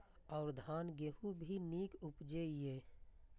और धान गेहूँ भी निक उपजे ईय?